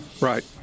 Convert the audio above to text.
Right